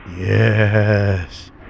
yes